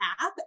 app